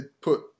put